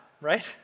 Right